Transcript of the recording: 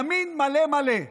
ימין מלא מלא.